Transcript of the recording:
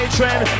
Trend